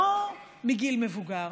לא מגיל מבוגר,